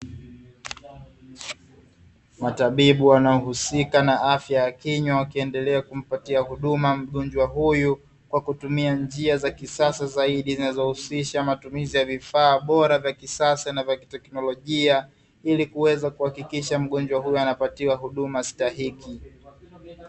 Matabibu wanaohusika na afya ya kinywa, wakiendelea kumpatia huduma mgonjwa huyu kwa kutumia njia za kisasa zaidi, zinazohusisha matumizi ya vifaa bora vya kisasa na teknolojia ili kuweza kuhakikisha mgonjwa huyo anapatiwa huduma stahiki.